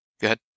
Good